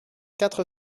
quatre